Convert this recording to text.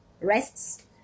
rests